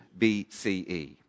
BCE